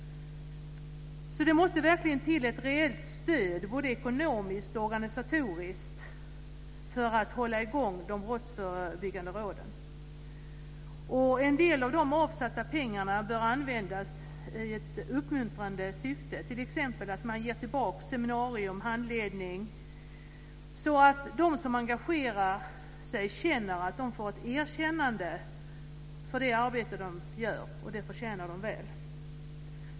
Så det måste verkligen till ett reellt stöd, både ekonomiskt och organisatoriskt för att hålla i gång de brottsförebyggande råden. En del av de avsatta pengarna bör användas i ett uppmuntrande syfte, t.ex. för seminarium och handledning, så att de som engagerar sig känner att de får ett erkännande för det arbete som de gör, och det förtjänar de väl.